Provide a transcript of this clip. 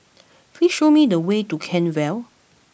please show me the way to Kent Vale